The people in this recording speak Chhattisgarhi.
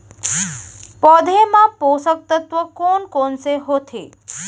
पौधे मा पोसक तत्व कोन कोन से होथे?